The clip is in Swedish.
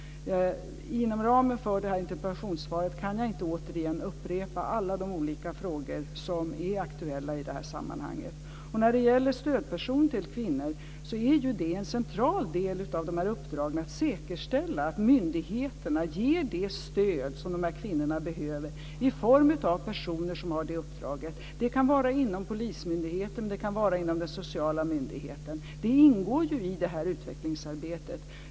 Inom ramen för det här interpellationssvaret kan jag inte återigen upprepa alla de olika frågor som är aktuella i det här sammanhanget. När det gäller stödperson till kvinnor är det en central del av de här uppdragen. Det är en central del att säkerställa att myndigheterna ger det stöd som kvinnorna behöver i form av personer som har det uppdraget. Det kan vara inom polismyndigheten, det kan vara inom den sociala myndigheten. Det ingår i det här utvecklingsarbetet.